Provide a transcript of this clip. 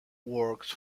works